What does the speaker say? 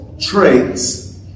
traits